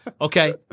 Okay